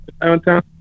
downtown